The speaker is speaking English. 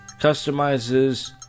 customizes